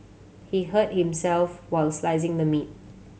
he hurt himself while slicing the meat